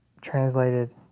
translated